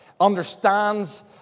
understands